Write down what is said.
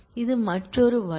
இது மற்றொரு வழி